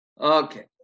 Okay